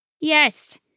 Yes